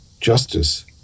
justice